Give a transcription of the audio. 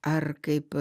ar kaip